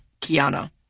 Kiana